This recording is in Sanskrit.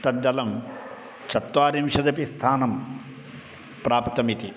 तद्दलं चत्वारिंशदपि स्थानं प्राप्तमिति